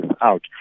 out